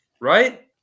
right